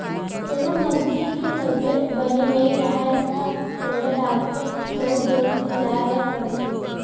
कोनो मनखे के तबीयत बने नइ राहय त ओला डॉक्टर तीर दउड़ दउड़ के जाय बर पड़थे